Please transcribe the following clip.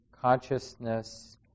Consciousness